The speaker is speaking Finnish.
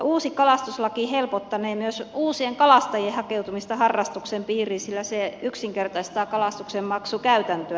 uusi kalastuslaki helpottanee myös uusien kalastajien hakeutumista harrastuksen piiriin sillä se yksinkertaistaa kalastuksen maksukäytäntöä